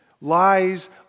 Lies